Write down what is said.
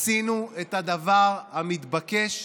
עשינו את הדבר המתבקש,